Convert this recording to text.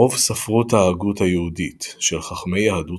רוב ספרות ההגות היהודית של חכמי יהדות